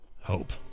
Hope